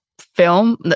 film